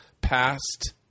Past –